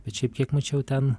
bet šiaip kiek mačiau ten